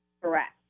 Correct